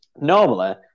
Normally